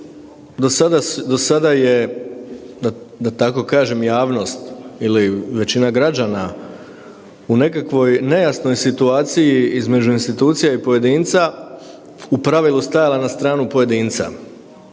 do sada je da tako kažem javnost ili većina građana u nekakvoj nejasnoj situaciji između institucija i pojedinca u pravilu stajala na stranu pojedinca.